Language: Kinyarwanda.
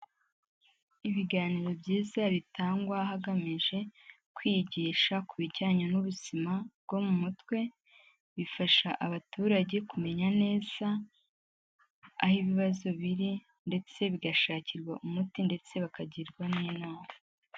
Ibiganiro byiza bitangwa hagamije kwigisha ku bijyanye n'ubuzima bwo mu mutwe, bifasha abaturage kumenya neza aho ibibazo biri ndetse bigashakirwa umuti ndetse bakagirwa n'inama.